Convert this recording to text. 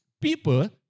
people